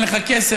אין לך כסף?